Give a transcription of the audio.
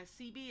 CB